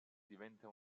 diventa